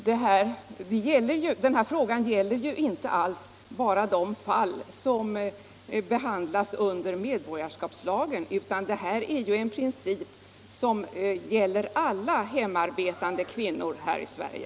Herr talman! Den här frågan gäller ju inte bara de fall som behandlas i medborgarskapslagen, utan detta är en princip som gäller alla hemarbetande kvinnor här i Sverige.